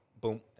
Boom